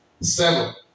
Seven